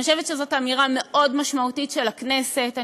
אני חושבת שזו אמירה מאוד משמעותית של הכנסת.